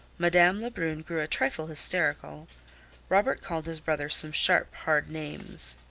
madame lebrun grew a trifle hysterical robert called his brother some sharp, hard names.